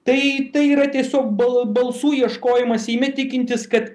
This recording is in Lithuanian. tai tai yra tiesiog bal balsų ieškojimas imi tikintis kad